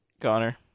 Connor